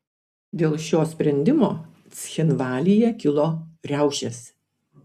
dėl šio sprendimo cchinvalyje kilo riaušės